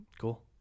Cool